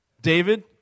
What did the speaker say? David